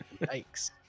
Yikes